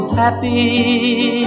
happy